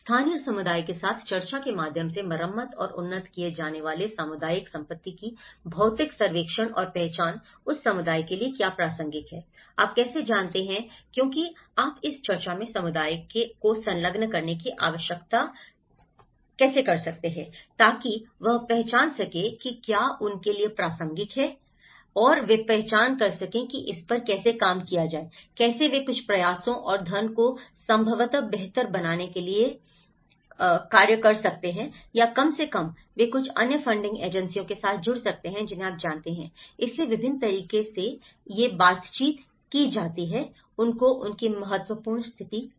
स्थानीय समुदाय के साथ चर्चा के माध्यम से मरम्मत और उन्नत किए जाने वाले सामुदायिक संपत्ति की भौतिक सर्वेक्षण और पहचान उस समुदाय के लिए क्या प्रासंगिक है आप कैसे जानते हैं क्योंकि आप इस चर्चा में समुदाय को संलग्न करने की आवश्यकता कैसे कर सकते हैं ताकि वे पहचान सकें कि क्या उनके लिए प्रासंगिक है और वे पहचान सकते हैं कि इस पर कैसे काम किया जाए कैसे वे कुछ प्रयासों और धन को संभवतः बेहतर बनाने के लिए डाल सकते हैं या कम से कम वे कुछ अन्य फंडिंग एजेंसियों के साथ जुड़ सकते हैं जिन्हें आप जानते हैं इसलिए विभिन्न तरीके थे कि बातचीत कैसे हो सकती है